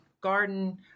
garden